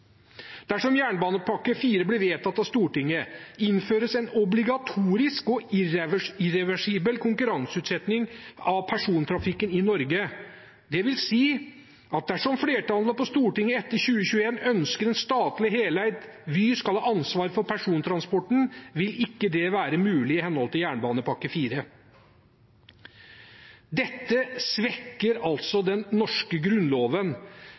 Dersom jernbanepakke IV blir vedtatt av Stortinget, innføres en obligatorisk og irreversibel konkurranseutsetting av persontrafikken i Norge. Det vil si at dersom flertallet på Stortinget etter 2021 ønsker at et statlig heleid Vy skal ha ansvar for persontransporten, vil det ikke være mulig i henhold til jernbanepakke IV. Dette svekker altså den norske grunnloven,